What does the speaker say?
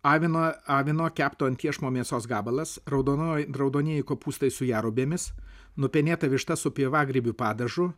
avino avino kepto ant iešmo mėsos gabalas raudonoji raudonieji kopūstai su jerubėmis nupenėta višta su pievagrybių padažu